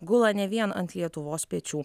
gula ne vien ant lietuvos pečių